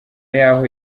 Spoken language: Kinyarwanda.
yaho